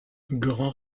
grand